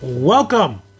Welcome